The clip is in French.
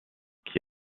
qui